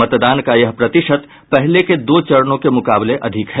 मतदान का ये प्रतिशत पहले के दो चरणों के मुकाबले अधिक है